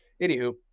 anywho